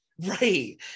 Right